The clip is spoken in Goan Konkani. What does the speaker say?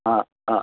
आं आं